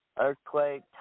Earthquake